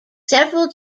several